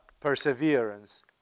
perseverance